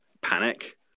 panic